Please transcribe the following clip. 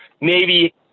Navy